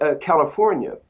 california